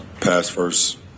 pass-first